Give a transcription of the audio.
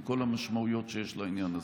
עם כל המשמעויות שיש לעניין הזה.